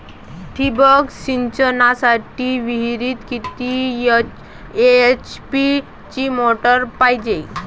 ठिबक सिंचनासाठी विहिरीत किती एच.पी ची मोटार पायजे?